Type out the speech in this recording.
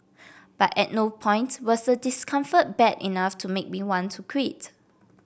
but at no point was the discomfort bad enough to make me want to quit